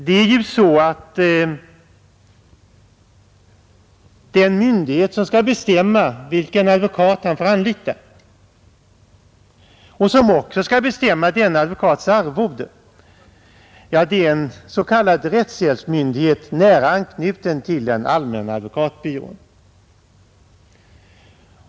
Det är ju så att den myndighet som skall bestämma vilken advokat han får anlita och som också skall bestämma den advokatens arvode, är en s.k. rättshjälpsmyndighet, nära anknuten till den allmänna advokatbyrån.